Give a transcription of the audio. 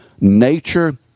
nature